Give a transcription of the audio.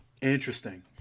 Interesting